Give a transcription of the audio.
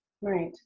right